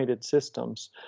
systems